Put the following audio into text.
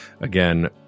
Again